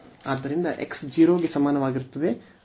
ಆದ್ದರಿಂದ x 0 ಗೆ ಸಮಾನವಾಗಿರುತ್ತದೆ